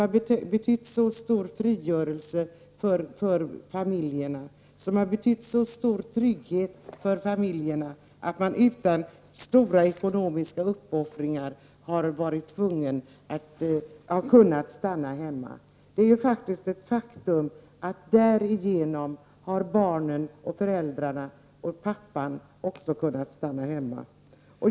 När det gäller det andra exemplet, då det hade gått ett år, har man också rätt till ersättning. Denna rätt har utvidgats i samband med att föräldrapenningen sträcker sig över längre tid. Jag vill sluta med att säga att föräldraförsäkringen nog är den finaste reform som har genomförts i vårt land. Det har betytt stor frihet och trygghet för familjerna att man har kunnat stanna hemma utan stora ekonomiska uppoffringar. Därigenom har också papporna kunnat stanna hemma.